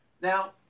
Now